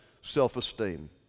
self-esteem